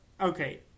okay